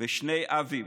בשני "אבים",